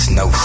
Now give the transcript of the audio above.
no